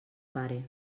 pare